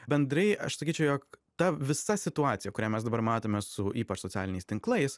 bendrai aš sakyčiau jog ta visa situacija kurią mes dabar matome su ypač socialiniais tinklais